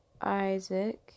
Isaac